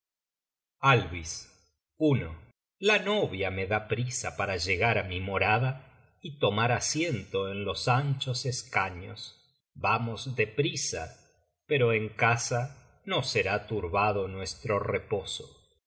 at alvis la novia me da prisa para llegar á mi morada y tomar asiento en los anchos escaños vamos de prisa pero en casa no será turbado nuestro reposo